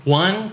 one